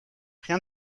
rien